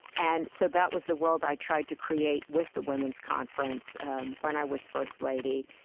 and so that was the world i tried to create with the women's conference when i was first lady.